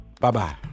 Bye-bye